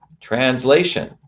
translation